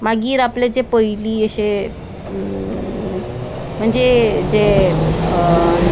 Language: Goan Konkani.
मागीर आपले जे पयलीं अशें म्हणजे जें